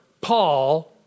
Paul